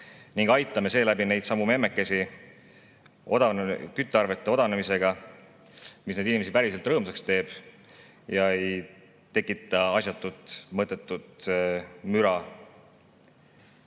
ning aitame seeläbi neidsamu memmekesi küttearvete odavnemisega, mis neid inimesi päriselt rõõmsaks teeb ega tekita asjatut, mõttetut müra.